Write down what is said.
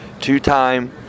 two-time